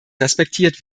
respektiert